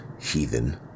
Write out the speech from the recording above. heathen